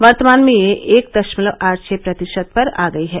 वर्तमान में यह एक दशमलव आठ छह प्रतिशत पर आ गई है